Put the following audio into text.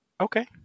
Okay